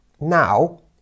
Now